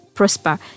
prosper